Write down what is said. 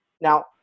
Now